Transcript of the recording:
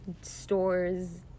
stores